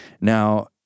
Now